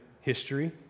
history